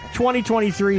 2023